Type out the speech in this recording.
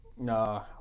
No